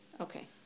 Okay